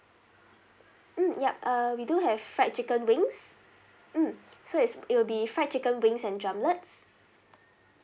mm yup err we do have fried chicken wings mm so is it will be fried chicken wings and drumlets